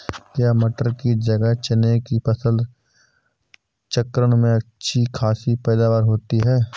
क्या मटर की जगह चने की फसल चक्रण में अच्छी खासी पैदावार होती है?